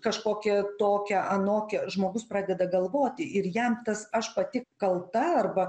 kažkokia tokia anokia žmogus pradeda galvoti ir jam tas aš pati kalta arba